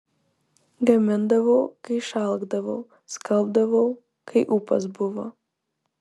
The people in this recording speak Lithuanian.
gamindavau kai išalkdavau skalbdavau kai ūpas buvo